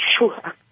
sure